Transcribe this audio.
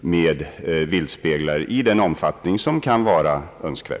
med viltspeglar i den omfattning som kan vara önskvärd.